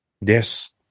Yes